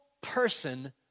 person